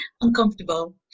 uncomfortable